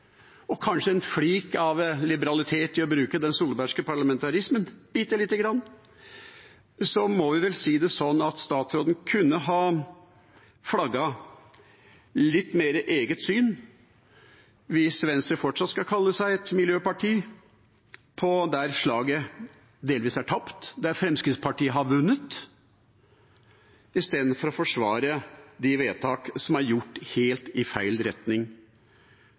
og kanskje en flik av liberalitet i bruken av den solbergske parlamentarismen, bitte litt, må vi vel si det slik at statsråden litt mer kunne ha flagget sitt eget syn – hvis Venstre fortsatt skal kalle seg et miljøparti – på områder der slaget delvis er tapt, der Fremskrittspartiet har vunnet, i stedet for å forsvare de vedtak som er gjort helt i feil retning.